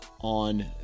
on